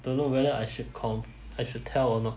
don't know whether I should con~ I should tell or not